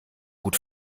gut